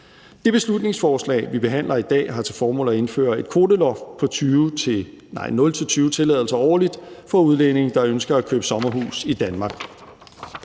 Det beslutningsforslag, vi behandler i dag, har til formål at indføre et kvoteloft på 0-20 tilladelser årligt for udlændinge, der ønsker at købe sommerhus i Danmark.